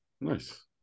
Nice